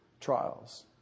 trials